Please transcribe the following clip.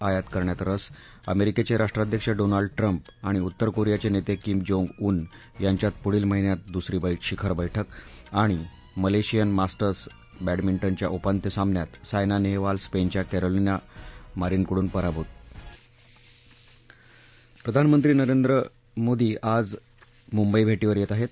आयात करण्यात रस अमेरिकेचे राष्ट्राध्यक्ष डोनाल्ड ट्रम्प आणि उत्तर कोरियाचे नेते किम जोंग उन् याच्यात पुढील महिन्यात दुसरी शिखर बैठक मलेशियन मास्टर्स बॅडमिंटनच्या उपान्त्य सामन्यात सायना नेहवाल स्पेनच्या कॅरोलिना मारीनकडून पराभूत प्रधानमंत्री आज मुंबईभे मिर येत आहेत